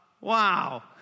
wow